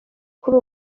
kuri